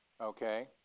Okay